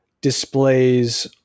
displays